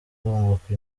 kunguka